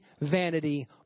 vanity